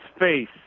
face